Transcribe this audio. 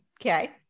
Okay